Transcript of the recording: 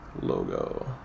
logo